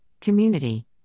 community